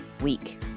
week